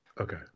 Okay